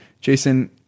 Jason